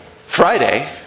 Friday